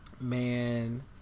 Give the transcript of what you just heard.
Man